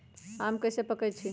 आम कईसे पकईछी?